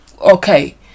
okay